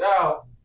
out